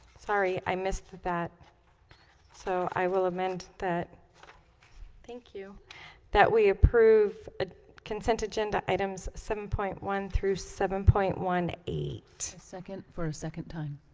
sorry, i missed that that so i will amend that thank you that we approve a consent agenda items seven point one. through seven point one eight second for a second time.